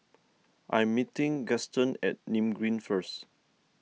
I am meeting Gaston at Nim Green first